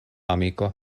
amiko